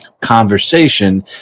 conversation